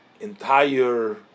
entire